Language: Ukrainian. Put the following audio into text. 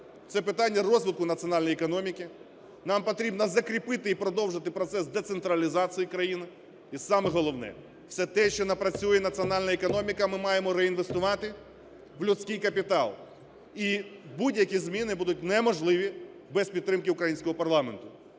це питання розвитку національної економіки, нам потрібно закріпити і продовжити процес децентралізації країни. І саме головне – все те, що напрацює національна економіка, ми маємо реінвестувати в людський капітал. І будь-які зміни будуть неможливі без підтримки українського парламенту.